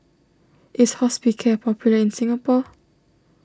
is Hospicare popular in Singapore